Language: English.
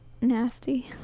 nasty